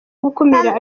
gukumira